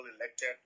elected